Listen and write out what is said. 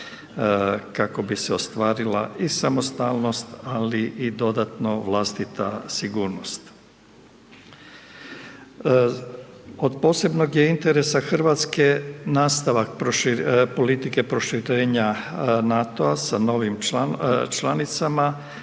kako bi se ostvarila i samostalnost, ali i dodatno vlastita sigurnost. Od posebnog je interesa Hrvatske nastavak politike proširenja NATO-a sa novim članicama,